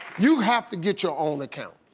you have to get your own account.